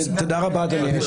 אתה מתעלם ממני?